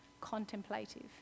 contemplative